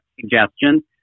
suggestion